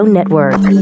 Network